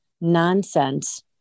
nonsense